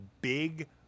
big